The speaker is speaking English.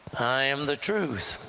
i am the truth,